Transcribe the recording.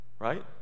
Right